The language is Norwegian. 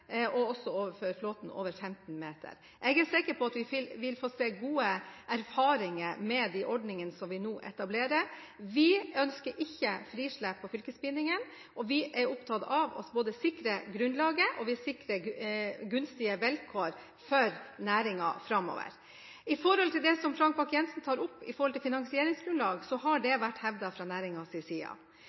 og flåten over 15 meter. Jeg er sikker på at vi vil få gode erfaringer med de ordningene som vi nå etablerer. Vi ønsker ikke frislipp når det gjelder fylkesbindingen. Vi er opptatt av å sikre både grunnlaget og gunstige vilkår for næringen framover. Til det som Frank Bakke-Jensen tok opp om finansieringsgrunnlag: Dette har vært hevdet fra næringens side.